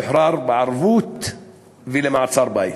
ואז שוחרר בערבות ולמעצר-בית.